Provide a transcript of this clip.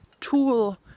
tool